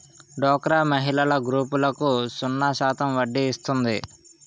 డోక్రా మహిళల గ్రూపులకు సున్నా శాతం వడ్డీ ఇస్తుంది